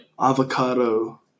avocado